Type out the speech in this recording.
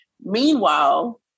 Meanwhile